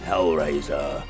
Hellraiser